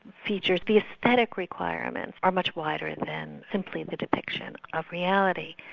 features, the aesthetic requirements are much wider and than simply the depiction of reality.